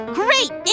great